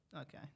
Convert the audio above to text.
Okay